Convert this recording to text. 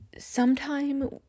sometime